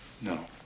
No